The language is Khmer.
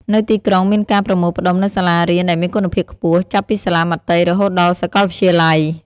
នៅទីក្រុងមានការប្រមូលផ្តុំនូវសាលារៀនដែលមានគុណភាពខ្ពស់ ចាប់ពីសាលាមត្តេយ្យរហូតដល់សាកលវិទ្យាល័យ។